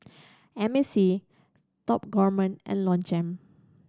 M A C Top Gourmet and Longchamp